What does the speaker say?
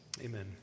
Amen